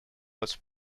was